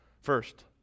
first